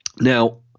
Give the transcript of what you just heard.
Now